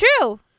true